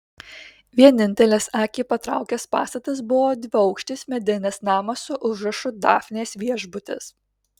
vienintelis akį patraukęs pastatas buvo dviaukštis medinis namas su užrašu dafnės viešbutis